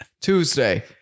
Tuesday